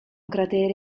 cratere